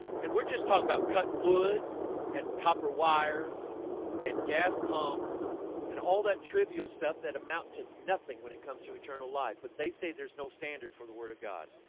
and we're just talking about cutting wood and copper wires and gas pumps and all that trivial stuff that amount to nothing when it comes to eternal life but they say there's no standard for the word of god